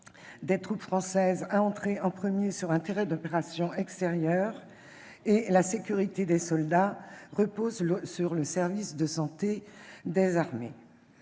des troupes françaises à entrer les premières sur un terrain d'opérations extérieures et la sécurité des soldats reposent sur le service de santé des armées,